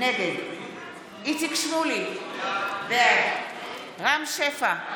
נגד איציק שמולי, בעד רם שפע,